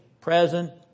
present